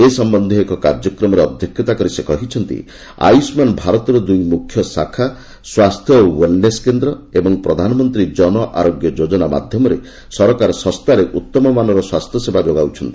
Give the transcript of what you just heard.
ଏ ସମ୍ବନ୍ଧୀୟ ଏକ କାର୍ଯ୍ୟକ୍ରମରେ ଅଧ୍ୟକ୍ଷତା କରି ସେ କହିଛନ୍ତି ଆୟୁଷ୍ମାନ୍ ଭାରତର ଦୁଇ ମୁଖ୍ୟ ଶାଖା 'ସ୍ୱାସ୍ଥ୍ୟ ଓ ୱେଲ୍ନେସ୍ କେନ୍ଦ୍ର' ଏବଂ ପ୍ରଧାନମନ୍ତ୍ରୀ ଜନଆରୋଗ୍ୟ ଯୋଜନା' ମାଧ୍ୟମରେ ସରକାର ଶସ୍ତାରେ ଉତ୍ତମମାନର ସ୍ପାସ୍ଥ୍ୟସେବା ଯୋଗାଉଛନ୍ତି